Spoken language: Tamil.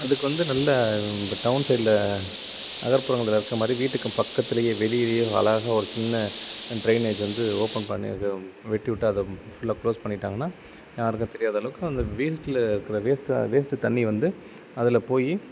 அதுக்கு வந்து நல்ல இந்த டவுன் சைடில் நகர்ப்புறங்களில் இருக்கிற மாதிரி வீட்டுக்கும் பக்கத்துலேயே வெளியிலேயே அழகா ஒரு சின்ன ட்ரைனேஜ் வந்து ஓப்பன் பண்ணி அதை வெட்டிவிட்டு அதை ஃபுல்லாக க்ளோஸ் பண்ணிவிட்டாங்கன்னா யாருக்கும் தெரியாத அளவுக்கு அந்த வீட்டில் இருக்கிற வேஸ்ட்டு வேஸ்ட்டு தண்ணியை வந்து அதில் போய்